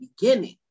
beginning